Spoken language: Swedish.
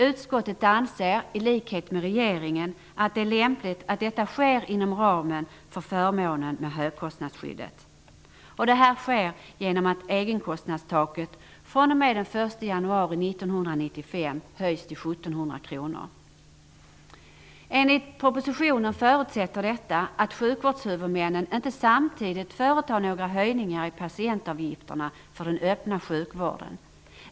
Utskottet anser, i likhet med regeringen, att det är lämpligt att det sker inom ramen för förmånen i högkostnadsskyddet. Det sker genom att egenkostnadstaket höjs till 1 700 kr den 1 januari 1995. Enligt propositionen förutsätter detta att sjukvårdshuvudmännen inte samtidigt företar några höjningar i patientavgifterna inom den öppna sjukvården.